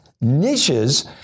niches